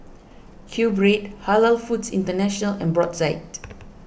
Qbread Halal Foods International and Brotzeit